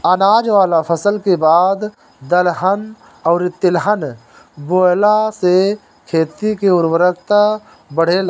अनाज वाला फसल के बाद दलहन अउरी तिलहन बोअला से खेत के उर्वरता बढ़ेला